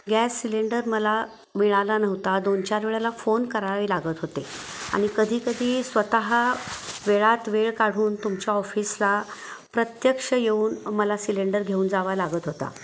gas cylinder मला मिळाला नव्हता दोन चार वेळाला फोन करावे लागत होते आणि कधीकधी स्वतः वेळात वेळ काढून तुमच्या ऑफिसला प्रत्यक्ष येऊन मला सिलेंडर घेऊन जावा लागत होता